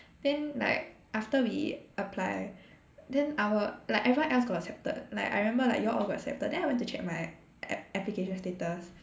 then like after we apply then our like everyone else got accepted like I remember like y'all got accepted then I went to check my a~ application status